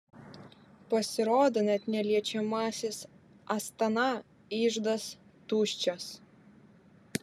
pasirodo net neliečiamasis astana iždas tuščias